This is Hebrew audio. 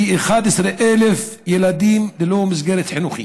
כי 11,000 ילדים הם ללא מסגרת חינוכית?